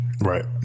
Right